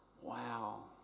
Wow